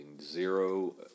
zero